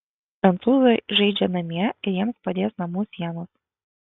prancūzai žaidžia namie ir jiems padės namų sienos